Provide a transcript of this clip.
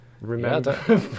Remember